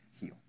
heal